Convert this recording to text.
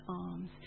arms